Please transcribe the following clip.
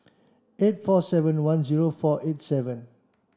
eight four seven one zero four eight seven